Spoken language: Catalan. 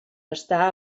està